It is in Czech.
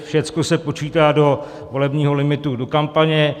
Všecko se počítá do volebního limitu do kampaně.